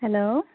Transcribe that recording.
hello